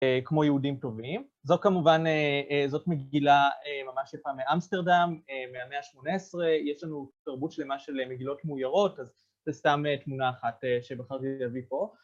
כמו יהודים טובים. זאת כמובן, זאת מגילה ממש יפה מאמסטרדם, מהמאה ה־18, יש לנו תרבות שלמה של מגילות מאוירות, אז זה סתם תמונה אחת שבחרתי להביא פה.